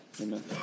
Amen